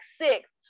six